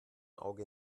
auge